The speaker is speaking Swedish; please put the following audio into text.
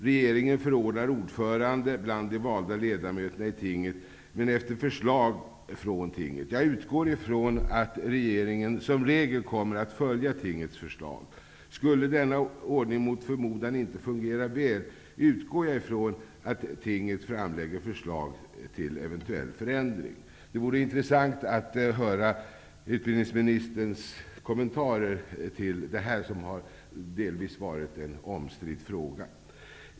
Regeringen förordnar ordförande bland de valda ledamöterna i tinget, men efter förslag från tinget. Jag utgår ifrån att regeringen som regel kommer att följa tingets förslag. Skulle denna ordning mot förmodan inte fungera väl, utgår jag ifrån att tinget framlägger förslag till förändring. Det vore intressant att höra utbildningsministerns kommentarer till detta. Det har delvis varit en omstridd fråga.